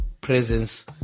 presence